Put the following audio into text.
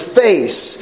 face